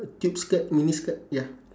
cute skirt mini skirt ya